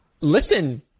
Listen